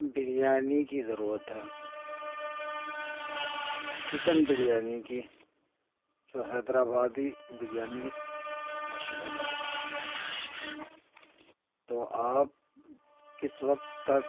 بریانی کی ضرورت ہے چكن بریانی کی جو حیدر آبادی بریانی مشہور ہے تو آپ کس وقت تک